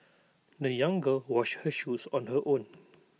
the young girl washed her shoes on her own